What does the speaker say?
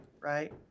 right